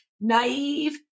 naive